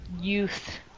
youth